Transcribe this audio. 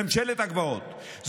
ממשלת הגבעות,